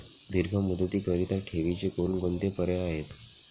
दीर्घ मुदतीकरीता ठेवीचे कोणकोणते पर्याय आहेत?